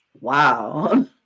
wow